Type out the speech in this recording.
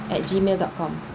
at gmail dot com